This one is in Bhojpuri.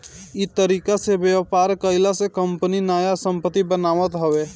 इ तरीका से व्यापार कईला से कंपनी नया संपत्ति बनावत हवे